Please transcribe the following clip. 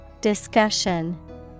Discussion